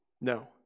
No